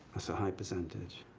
that's a high percentage.